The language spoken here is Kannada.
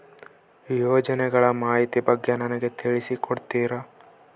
ಯೋಜನೆಗಳ ಮಾಹಿತಿ ಬಗ್ಗೆ ನನಗೆ ತಿಳಿಸಿ ಕೊಡ್ತೇರಾ?